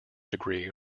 degree